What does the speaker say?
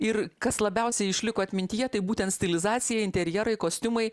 ir kas labiausiai išliko atmintyje tai būtent stilizacija interjerai kostiumai